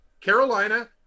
Carolina